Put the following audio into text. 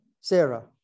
Sarah